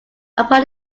upon